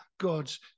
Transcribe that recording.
God's